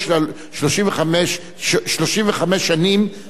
שנים במקום מסוים, הוא זכאי לפנסיה, כן?